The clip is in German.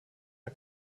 der